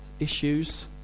Issues